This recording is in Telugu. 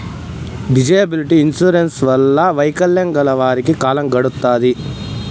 డిజేబిలిటీ ఇన్సూరెన్స్ వల్ల వైకల్యం గల వారికి కాలం గడుత్తాది